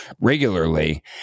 regularly